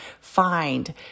find